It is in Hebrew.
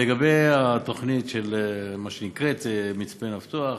לגבי התוכנית של מה שנקרא מצפה-נפתוח.